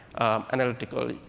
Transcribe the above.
analytical